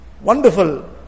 wonderful